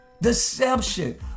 deception